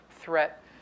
threat